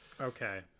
okay